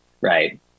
Right